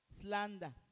slander